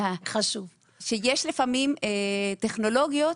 יש לפעמים טכנולוגיות,